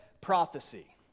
prophecy